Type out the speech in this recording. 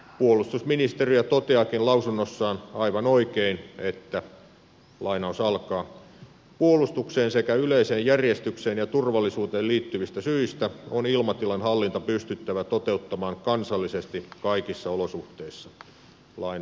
puolustusministeriö toteaakin lausunnossaan aivan oikein että puolustukseen sekä yleiseen järjestykseen ja turvallisuuteen liittyvistä syistä on ilmatilan hallinta pystyttävä toteuttamaan kansallisesti kaikissa olosuhteissa